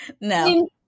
no